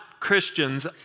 Christians